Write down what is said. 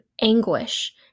anguish